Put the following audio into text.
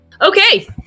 Okay